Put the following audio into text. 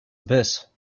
abyss